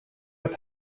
have